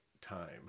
time